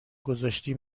گذاشتی